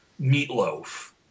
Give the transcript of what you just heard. Meatloaf